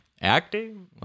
acting